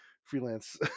freelance